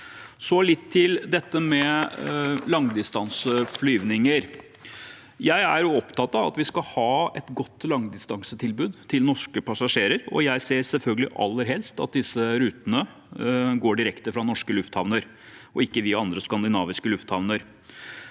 litt til langdistanseflyvninger. Jeg er opptatt av at vi skal ha et godt langdistansetilbud til norske passasjerer, og jeg ser selvfølgelig aller helst at disse rutene går direkte fra norske lufthavner og ikke via andre skandinaviske lufthavner.